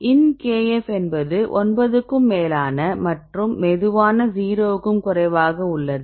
ln kf என்பது ஒன்பதுக்கும் மேலான மற்றும் மெதுவான 0 க்கும் குறைவாக உள்ளது